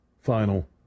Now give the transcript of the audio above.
final